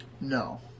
No